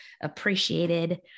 appreciated